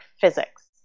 physics